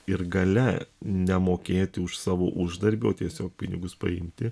ir gale nemokėti už savo uždarbį o tiesiog pinigus paimti